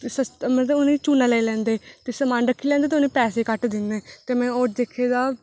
एह् सस्ता मतलब उनेंगी चूना लाई लैंदे ते समान रक्खी लैंदे ते उनेंगी पैसे घट्ट दिंदे ते में होर दिक्खे दा